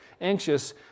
anxious